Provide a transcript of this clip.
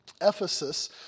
Ephesus